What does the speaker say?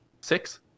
six